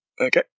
Okay